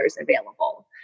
available